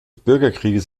bürgerkrieges